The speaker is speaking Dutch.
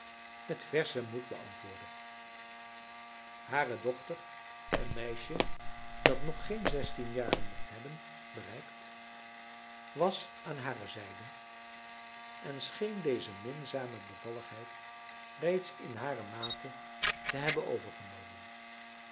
met verschen moed beantwoordde hare dochter een meisje dat nog geen zestien jaren mocht hebben bereikt was aan hare zijde en scheen deze minzame bevalligheid reeds in hare mate te hebben overgenomen